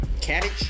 Cabbage